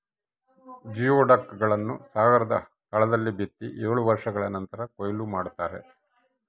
geoduck ಗಳನ್ನು ಸಾಗರದ ತಳದಲ್ಲಿ ಬಿತ್ತಿ ಏಳು ವರ್ಷಗಳ ನಂತರ ಕೂಯ್ಲು ಮಾಡ್ತಾರ